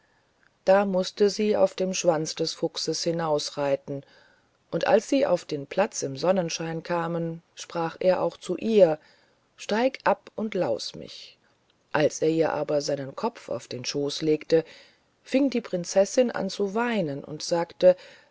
da mußte sie auf dem schwanz des fuchses hinausreiten und als sie auf den platz im sonnenschein kamen sprach er auch zu ihr steig ab und laus mich als er ihr aber seinen kopf auf den schooß legte fing die prinzessin an zu weinen und sagte